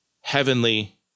heavenly